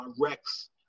Rex